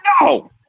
No